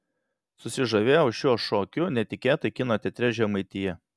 susižavėjau šiuo šokiu netikėtai kino teatre žemaitija